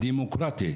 הדמוקרטית,